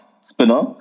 spinner